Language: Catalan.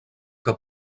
que